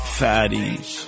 fatties